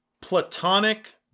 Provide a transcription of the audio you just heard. platonic